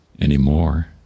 anymore